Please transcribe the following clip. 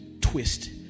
twist